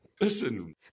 Listen